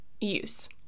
use